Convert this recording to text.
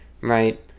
right